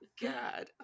God